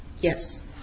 Yes